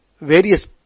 various